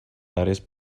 àrees